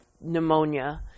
pneumonia